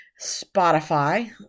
spotify